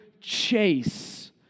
chase